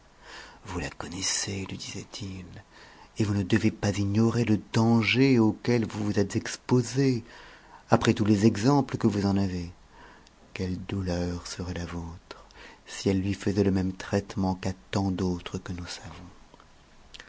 vous la connaissez lui disaientils et vous ne devez pas ignorer le danger auquel vous vous êtes exposé après tous les exemples que vous en avez quelle douleur serait la vôtre si elle lui faisait le même traitement qu'à tant d'autres que nous savons